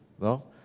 no